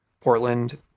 Portland